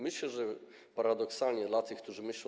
Myślę, że paradoksalnie dla tych, którzy myślą.